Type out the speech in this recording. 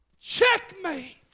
checkmate